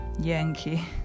Yankee